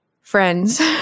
Friends